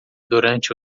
durante